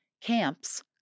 camps